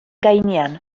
gainean